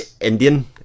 Indian